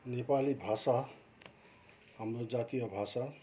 नेपाली भाषा हाम्रो जातीय भाषा